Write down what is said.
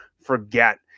forget